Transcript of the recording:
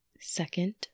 Second